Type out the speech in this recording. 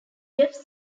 jeff